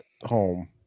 home